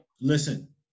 Listen